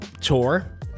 tour